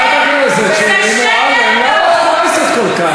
חברת הכנסת שולי מועלם, למה את כועסת כל כך?